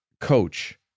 coach